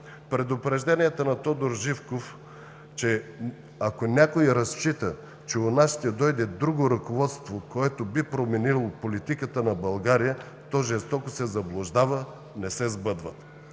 Предупрежденията на Тодор Живков, че, ако някой разчита, че у нас ще дойде друго ръководство, което би променило политиката на България, то жестоко се заблуждава, не се сбъдват.